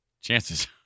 Chances